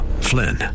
Flynn